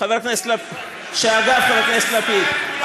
חבר הכנסת לפיד,